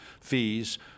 fees